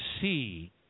see